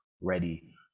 ready